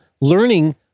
learning